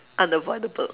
unavoidable